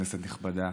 כנסת נכבדה,